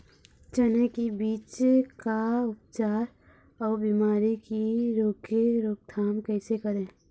चने की बीज का उपचार अउ बीमारी की रोके रोकथाम कैसे करें?